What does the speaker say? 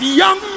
young